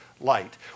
light